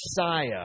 Messiah